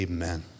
Amen